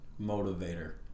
motivator